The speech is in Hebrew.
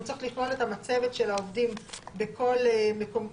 הוא צריך לכלול את המצבת של העובדים בכל הסניפים.